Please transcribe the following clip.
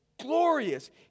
glorious